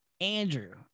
Andrew